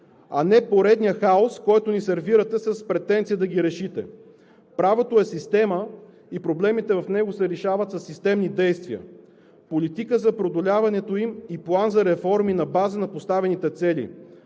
а не поредният хаос, който ни сервирате с претенция да ги решите. Правото е система и проблемите в него се решават със системни действия, политика за преодоляването им и план за реформи на базата на поставените цели.